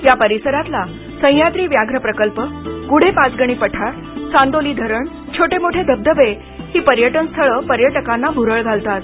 या परिसरातला सह्याद्री व्याघ्र प्रकल्प गुढे पांचगणी पठार चांदोली धरण छोटे मोठे धबधबे ही पर्यटन स्थळ पर्यटकांना भुरळ घालतात